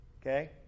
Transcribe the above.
Okay